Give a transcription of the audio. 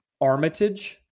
Armitage